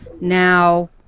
now